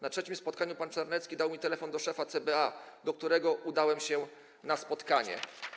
Na trzecim spotkaniu pan Czarnecki dał mi telefon do szefa CBA, do którego udałem się na spotkanie.